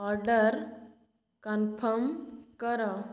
order confirm କର